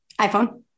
iPhone